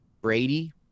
Brady